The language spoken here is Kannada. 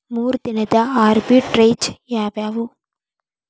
ಮೂರು ವಿಧದ ಆರ್ಬಿಟ್ರೆಜ್ ಯಾವವ್ಯಾವು?